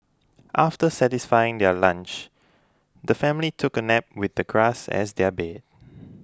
after satisfying their lunch the family took a nap with the grass as their bed